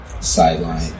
sideline